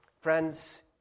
Friends